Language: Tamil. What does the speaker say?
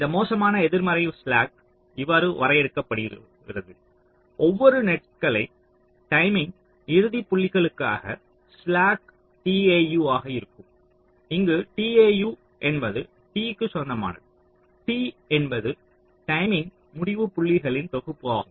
இந்த மோசமான எதிர்மறை ஸ்லாக் இவ்வாறு வரையறுக்கப்பட்டுள்ளது ஒவ்வொரு நெட்களை டைமிங் இறுதிப்புள்ளிகளுக்கான ஸ்லாக் tau ஆக இருக்கும் இங்கு tau என்பது T க்கு சொந்தமானது T என்பது டைமிங் முடிவுப்புள்ளிகளின் தொகுப்பு ஆகும்